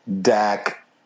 Dak